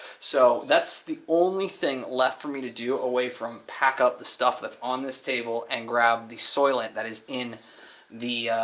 so that's the only thing left for me to do, away from pack up the stuff that's on this table and grab the soylent that's in the